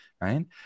right